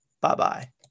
Bye-bye